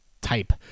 type